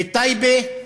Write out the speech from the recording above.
בטייבה,